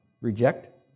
reject